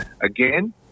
again